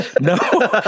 No